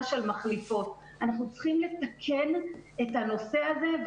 של מחליפות אנחנו צריכים לתקן את הנושא הזה.